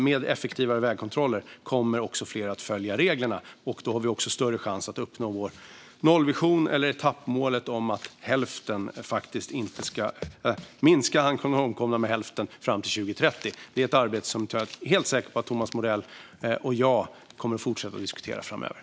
Med effektivare vägkontroller kommer fler att följa reglerna, och då har vi också större chans att uppnå vår nollvision eller etappmålet om att minska antalet omkomna med hälften fram till 2030. Det är ett arbete som jag är helt säker på att Thomas Morell och jag kommer att fortsätta att diskutera framöver.